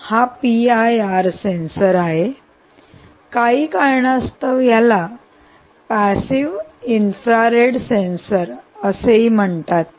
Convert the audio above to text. आणि हा पीआयआर आहे आणि काही कारणास्तव याला पॅसिव्ह इन्फ्रारेड सेन्सर असे म्हणतात